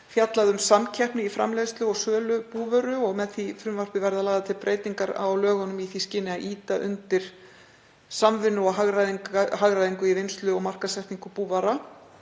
fjallað um samkeppni í framleiðslu og sölu á búvöru og með því frumvarpi verða lagðar til breytingar á lögunum í því skyni að ýta undir samvinnu og hagræðingu í vinnslu og markaðssetningu búvara.